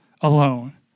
alone